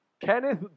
Kenneth